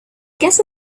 guess